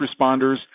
responders